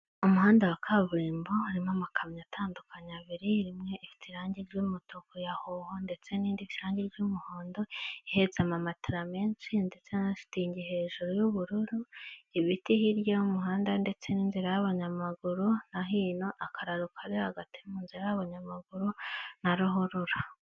Umuhanda wa kaburimbo harimo amakamyo atandukanye abiri, rimwe ifite irangi ry'umutuku ya hoho ndetse n'indi ifite irange ry'umuhondo, ihetse amamatera menshi ndetse n'amashitingi hejuru y'ubururu, ibiti hirya y'umuhanda ndetse n'inzira y'abanyamaguru na hino, akararo kari hagati mu nzira y'abanyamaguru na ruhurura.